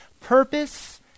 purpose